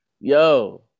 Yo